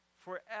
forever